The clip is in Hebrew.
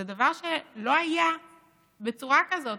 זה דבר שלא היה בצורה כזאת.